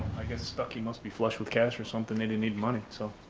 i guess ducky must be flush with cash or something they didn't need money so.